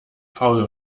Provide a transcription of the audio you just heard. faul